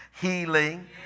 healing